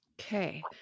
Okay